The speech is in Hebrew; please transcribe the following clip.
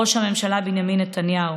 ראש הממשלה בנימין נתניהו.